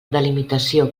delimitació